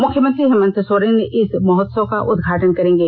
मुख्यमंत्री हेमंत सोरेन इस महोत्सव का उद्घाटन करेंगे